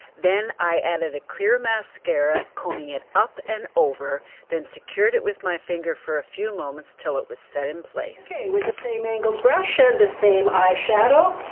then i added a clear mascara combing it up and over then secured it with my finger for a few moments until it was set in place. ok with the same angled brush and the same eyeshadow